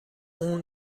اون